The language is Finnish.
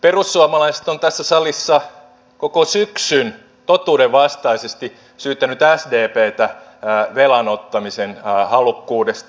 perussuomalaiset on tässä salissa koko syksyn totuudenvastaisesti syyttänyt sdptä velanottamisen halukkuudesta